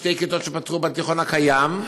בשתי כיתות שפתחו בתיכון הקיים.